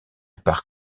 par